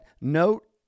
note